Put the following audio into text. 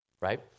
Right